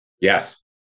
Yes